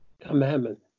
Commandment